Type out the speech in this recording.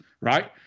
right